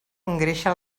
engreixa